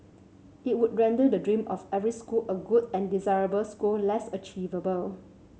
it would render the dream of every school a good and desirable school less achievable